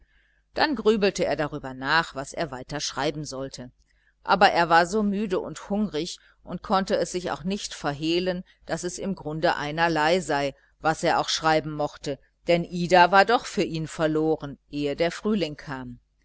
dann grübelte er darüber nach was er weiter schreiben sollte aber er war so müde und hungrig und konnte es sich auch nicht verhehlen daß es im grunde einerlei sei was er auch schreiben mochte denn ida war doch für ihn verloren ehe der frühling kam